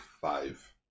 five